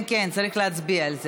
כן, כן, צריך להצביע על זה.